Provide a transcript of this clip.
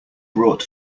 brought